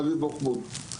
אבי בוחבוט,